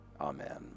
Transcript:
Amen